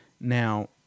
Now